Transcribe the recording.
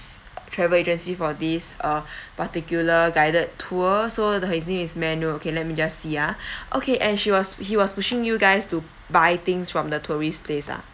travel agency for this uh particular guided tour so his name is manual okay let me just see ah okay and she was he was pushing you guys to buy things from the tourist place ah